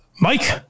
Mike